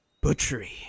Butchery